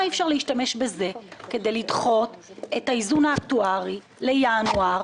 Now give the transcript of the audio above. אני הבטחתי לאבי ניסנקורן שדיבר איתי כמה פעמים וכתב לי בנושא,